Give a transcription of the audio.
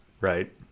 Right